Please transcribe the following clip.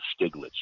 Stiglitz